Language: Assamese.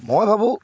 মই ভাবোঁ